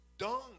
dung